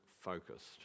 focused